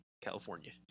California